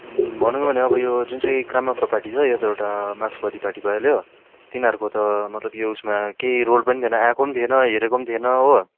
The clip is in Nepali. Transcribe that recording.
भनौँ भने अब यो जुन चाहिँ क्रामपा पार्टी छ यो त एउटा मार्क्सवादी पार्टी भइहाल्यो तिनीहरूको त मतलब यो उसमा केही रोल पनि थिएन आएको पनि थिएन हेरेको पनि थिएन हो